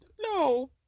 No